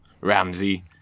Ramsey